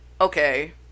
okay